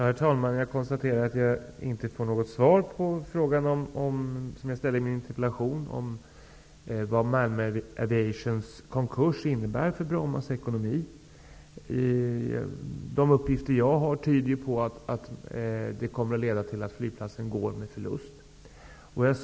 Herr talman! Jag konstaterar att jag inte får något svar på frågan som jag ställde i min interpellation om vad Malmö Aviations konkurs innebär för Brommas ekonomi. De uppgifter jag har tyder på att den kommer att leda till att flygplatsen går med förlust.